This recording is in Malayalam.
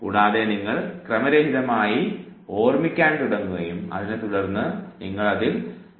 കൂടാതെ നിങ്ങൾ ക്രമരഹിതമായി ഓർമ്മിക്കാൻ തുടങ്ങുകയും അതിനെത്തുടർന്ന് നിങ്ങൾ അതിൽ പരാജയപ്പെടുകയും ചെയ്യുന്നു